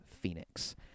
Phoenix